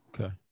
Okay